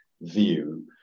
view